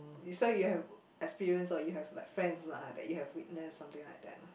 so you have experience or you have like friends lah that you have witness something like that lah